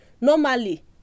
Normally